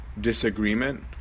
disagreement